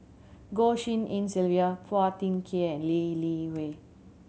Goh Tshin En Sylvia Phua Thin Kiay and Lee Li Hui